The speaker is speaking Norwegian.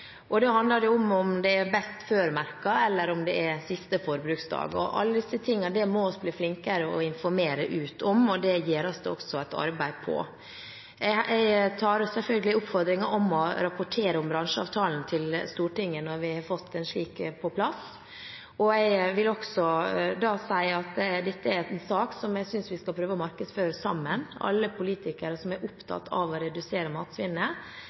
det jo om det er «best før»-merket, eller om det er merket med «siste forbruksdag». Alle disse tingene må vi bli flinkere til å informere ut om, og det gjøres det også et arbeid på. Jeg tar selvfølgelig oppfordringen om å rapportere om bransjeavtalen til Stortinget når vi har fått en slik på plass. Jeg vil også si at dette er en sak som jeg synes vi skal prøve å markedsføre sammen, alle politikere som er opptatt av å redusere matsvinnet,